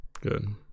good